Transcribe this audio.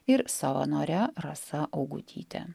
ir savanore rasa augutyte